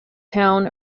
town